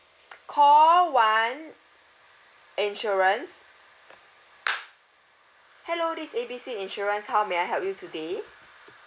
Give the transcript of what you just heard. call one insurance hello this is A B C insurance how may I help you today